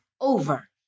over